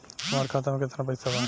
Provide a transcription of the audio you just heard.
हमार खाता में केतना पैसा बा?